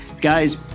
Guys